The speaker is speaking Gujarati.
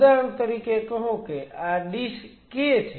ઉદાહરણ તરીકે કહો કે આ ડીશ K છે